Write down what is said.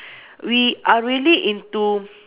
we are really into